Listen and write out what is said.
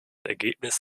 ergebnis